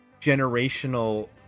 generational